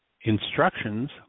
instructions